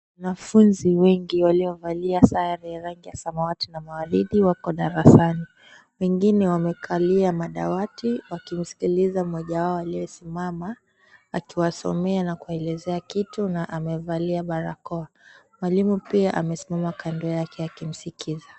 Wanafunzi wengi waliovalia sare rangi ya samawati na waridi wako darasani. Wengine wamekalia madawati wakimsikiliza mmoja wao aliyesimama akiwasomea na kuwaelezea kitu na amevalia barakoa. Mwalimu pia amesimama kando yake akimskiza.